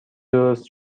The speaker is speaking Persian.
درست